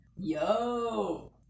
Yo